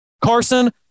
Carson